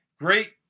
Great